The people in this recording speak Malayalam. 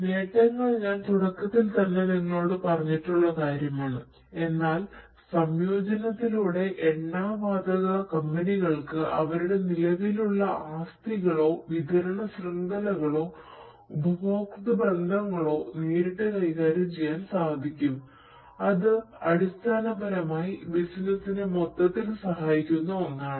നേട്ടങ്ങൾ ഞാൻ തുടക്കത്തിൽ തന്നെ നിങ്ങളോട് പറഞ്ഞിട്ടുള്ള കാര്യമാണ് എന്നാൽ സംയോജനത്തിലൂടെ എണ്ണ വാതക കമ്പനികൾക്ക് അവരുടെ നിലവിലുള്ള ആസ്തികളോ നേരിട്ട് കൈകാര്യം ചെയ്യാൻ സാധിക്കും അത് അടിസ്ഥാനപരമായി ബിസിനസ്നു മൊത്തത്തിൽ സഹായിക്കുന്ന ഒന്നാണ്